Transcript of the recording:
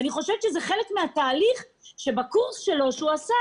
אני חושבת שזה חלק מהתהליך שהוא עבר בקורס שהוא עשה.